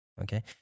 Okay